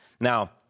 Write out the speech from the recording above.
Now